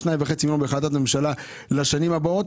2.5 מיליון בהחלטת ממשלה לשנים הבאות.